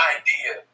idea